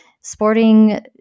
sporting